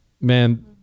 Man